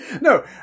no